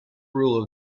rule